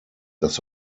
dass